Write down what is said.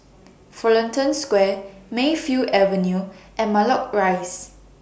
Fullerton Square Mayfield Avenue and Matlock Rise